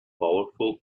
powerful